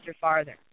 farther